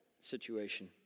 situation